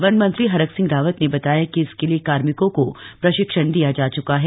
one मंत्री हरक सिंह रावत ने बताया कि इसके लिए कार्मिकों को प्रशिक्षण दिया जा चुका है